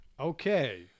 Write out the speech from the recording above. Okay